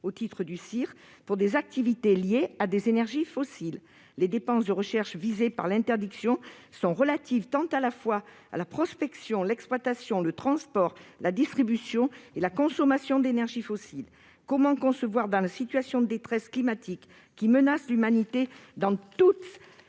au titre du CIR pour des activités liées à des énergies fossiles. Les dépenses de recherche visées par l'interdiction sont relatives tant à la prospection qu'à l'exploitation, au transport, à la distribution et à la consommation d'énergies fossiles. Comment concevoir, dans la situation de détresse climatique qui menace l'humanité dans toutes ses composantes,